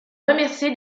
remercier